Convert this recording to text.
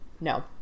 No